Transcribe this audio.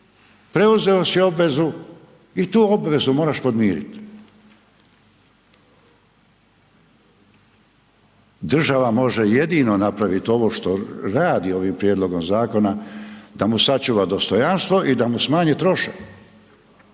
preuzeo si obvezu i tu obvezu moraš podmiriti. Država može jedino napraviti ovo što radi ovim prijedlogom zakona da mu sačuva dostojanstvo i da mu smanji trošak